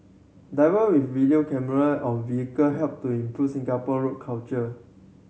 diver with video camera on vehicle help to improve Singapare road culture